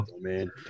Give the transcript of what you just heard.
Man